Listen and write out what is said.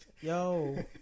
yo